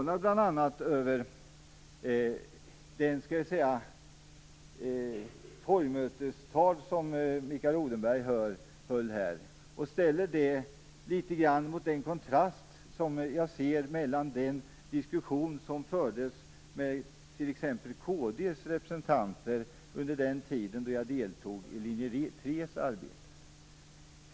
Jag är förvånad över det torgmötestal som Mikael Odenberg höll. Det står i kontrast till den diskussion som fördes med t.ex. kd:s representanter under den tid då jag deltog i arbetet för linje 3.